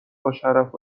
باشرف